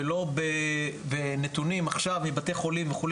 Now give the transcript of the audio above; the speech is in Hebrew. ולא בנתונים עכשיו מבתי חולים וכו',